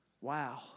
Wow